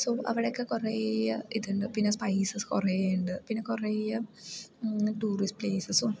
so അവിടെയൊക്കെ കുറേ ഇതുണ്ട് പിന്നെ സ്പൈസസ് കുറേ ഉണ്ട് പിന്നെ കുറേ ടൂറിസ്റ്റ് പ്ലേസ്സസും